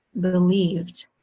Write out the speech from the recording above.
believed